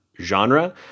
genre